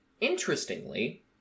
Interestingly